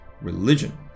religion